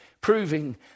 proving